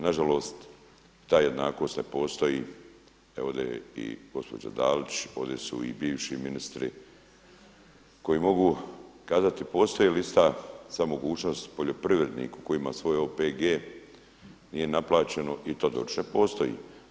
Nažalost, ta jednakost ne postoji, ovdje je i gospođa Dalić, ovdje su i bivši ministri koji mogu kazati postoji li ista mogućnost poljoprivredniku koji ima svoj OPG nije naplaćeno i Todorić ne postoji.